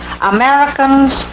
Americans